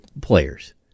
players